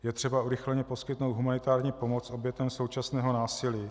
Je třeba urychleně poskytnout humanitární pomoc obětem současného násilí.